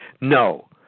no